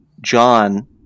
John –